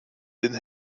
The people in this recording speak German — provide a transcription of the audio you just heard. den